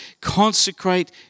consecrate